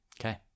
Okay